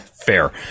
fair